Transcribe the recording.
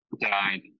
died